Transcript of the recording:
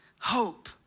hope